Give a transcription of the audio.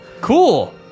Cool